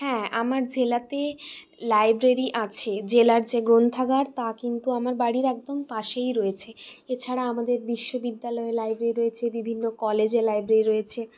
হ্যাঁ আমার জেলাতে লাইব্রেরি আছে জেলার যে গ্রন্থাগার তা কিন্তু আমার বাড়ির একদম পাশেই রয়েছে এছাড়া আমাদের বিশ্ববিদ্যালয়ে লাইব্রেরি রয়েছে বিভিন্ন কলেজে লাইব্রেরি রয়েছে